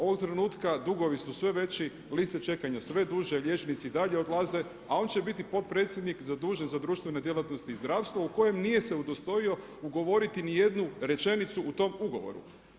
Ovog trenutka dugovi su sve veći, liste čekanja sve duže, liječnici i dalje odlaze a on će biti potpredsjednik zadužen za društvene djelatnosti i zdravstvo u kojem nije se udostojio ugovoriti ni jednu rečenicu u tom ugovoru.